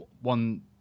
one